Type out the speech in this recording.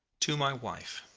to my wife